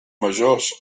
majors